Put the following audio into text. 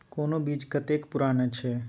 कोनो बीज कतेक पुरान अछि?